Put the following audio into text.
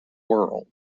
world